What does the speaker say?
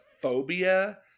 phobia